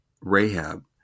Rahab